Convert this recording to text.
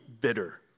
bitter